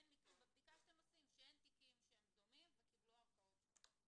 בבדיקה שאתם עושים לראות שאין תיקים שהם דומים וקיבלו ערכאות שונות.